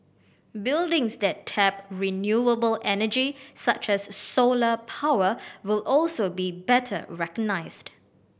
buildings that tap renewable energy such as solar power will also be better recognised